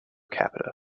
capita